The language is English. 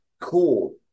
Cool